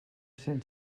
cent